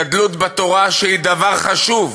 גדלות בתורה, שהיא דבר חשוב,